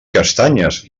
castanyes